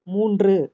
மூன்று